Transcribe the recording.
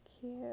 cute